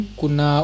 kuna